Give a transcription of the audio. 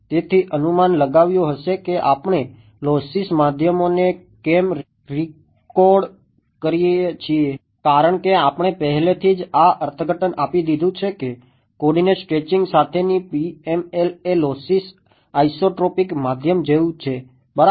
તમે અનુમાન લગાવ્યું હશે કે આપણે લોસ્સીમાધ્યમ જેવું છે બરાબર